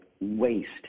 waste